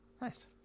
Nice